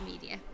media